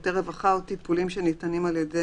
שירותי רווחה או טיפולים שניתנים על ידי